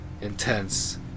intense